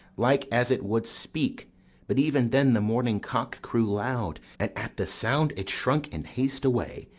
like as it would speak but even then the morning cock crew loud, and at the sound it shrunk in haste away,